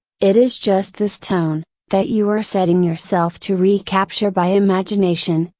it is just this tone, that you are setting yourself to recapture by imagination,